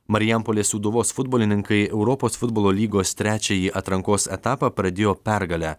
marijampolės sūduvos futbolininkai europos futbolo lygos trečiąjį atrankos etapą pradėjo pergale